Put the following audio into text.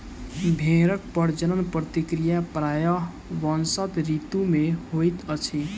भेड़क प्रजनन प्रक्रिया प्रायः वसंत ऋतू मे होइत अछि